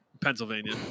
Pennsylvania